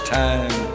time